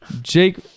Jake